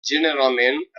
generalment